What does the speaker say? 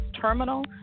terminal